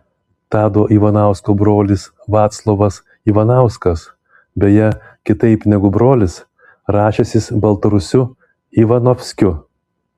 tado ivanausko brolis vaclovas ivanauskas beje kitaip negu brolis rašęsis baltarusiu ivanovskiu